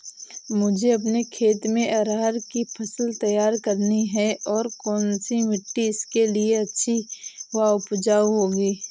मुझे अपने खेत में अरहर की फसल तैयार करनी है और कौन सी मिट्टी इसके लिए अच्छी व उपजाऊ होगी?